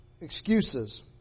excuses